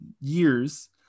years